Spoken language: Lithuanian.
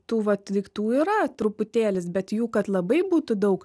tų vat daiktų yra truputėlis bet jų kad labai būtų daug